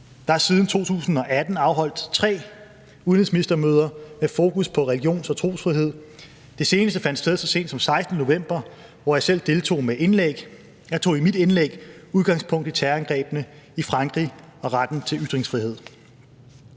Der er siden 2018 afholdt tre udenrigsministermøder med fokus på religions- og trosfrihed. Det seneste fandt sted så sent som den 16. november, hvor jeg selv deltog med indlæg. Jeg tog i mit indlæg udgangspunkt i terrorangrebene i Frankrig og retten til ytringsfrihed.